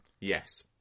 Yes